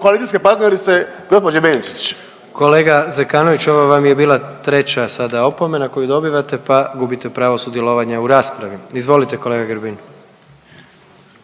koalicijske partnerice gospođe Benčić. **Jandroković, Gordan (HDZ)** Kolega Zekanović ovo vam je bila treća sada opomena koju dobivate, pa gubite pravo sudjelovanja u raspravi. Izvolite kolega Grbin.